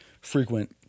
frequent